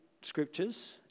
scriptures